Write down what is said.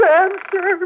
answer